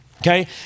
Okay